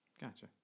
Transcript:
Gotcha